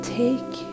take